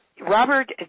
Robert